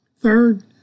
Third